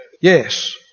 Yes